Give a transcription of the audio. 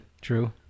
true